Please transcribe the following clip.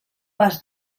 pas